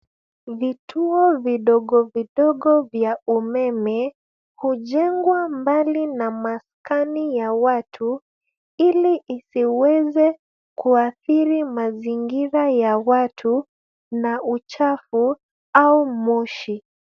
Vituo vidogo vidogo vya umeme hujengwa mbali na maskani ya watu ili isiweze kuathiri mazingira ya watu na uchafu au moshi.